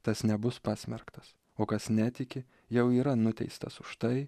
tas nebus pasmerktas o kas netiki jau yra nuteistas už tai